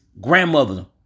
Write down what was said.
Grandmother